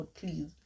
please